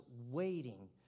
waiting